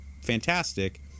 fantastic